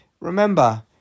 Remember